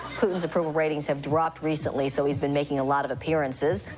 putin's approval ratings have dropped recently, so he's been making a lot of appearances.